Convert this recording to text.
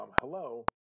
hello